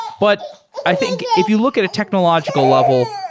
but i think if you look at a technological level,